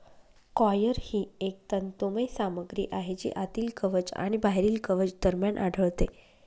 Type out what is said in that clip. coir ही एक तंतुमय सामग्री आहे जी आतील कवच आणि बाहेरील कवच दरम्यान आढळते